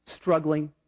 struggling